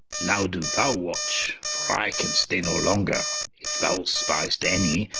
now doe thou watch, for i can stay no longer. if thou spy'st any,